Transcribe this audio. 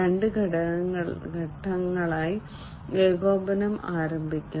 രണ്ട് ഘട്ടങ്ങളിലായി ഏകോപനം ആരംഭിക്കാം